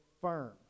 firm